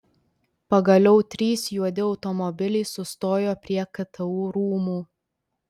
pagaliau trys juodi automobiliai sustojo prie ktu rūmų